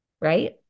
right